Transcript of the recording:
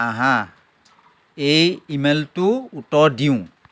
আহা এই ইমেইলটোৰ উত্তৰ দিওঁ